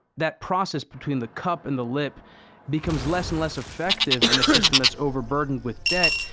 that process between the cup and the lip becomes less and less effective in a system that's overburdened with debt.